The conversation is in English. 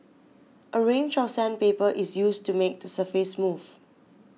a range of sandpaper is used to make the surface smooth